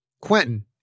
Quentin